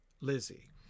Lizzie